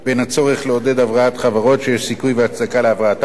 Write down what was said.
הרצון לעודד הבראת חברות שיש סיכוי והצדקה להבראתן,